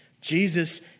Jesus